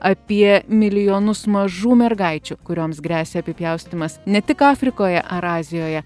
apie milijonus mažų mergaičių kurioms gresia apipjaustymas ne tik afrikoje ar azijoje